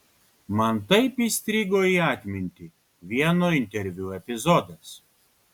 man taip įstrigo į atmintį vieno interviu epizodas